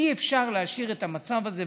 אי-אפשר להשאיר את המצב הזה,